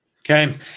Okay